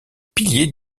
piliers